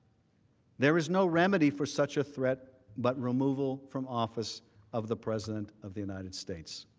there is no remedy for such a threat but removal from office of the president of the united states.